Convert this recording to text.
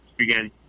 again